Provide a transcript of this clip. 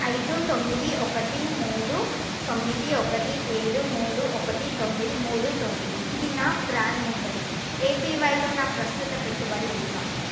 ఐదు తొమ్మిది ఒకటి మూడు తొమ్మిది ఒకటి ఏడూ మూడు ఒకటి తొమ్మిది మూడు తొమ్మిది ఇది నా ప్రాన్ నంబరు ఏపివైలో నా ప్రస్తుత పెట్టుబడి ఎంత